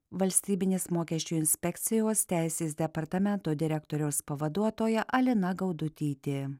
valstybinės mokesčių inspekcijos teisės departamento direktoriaus pavaduotoja alina gaudutytė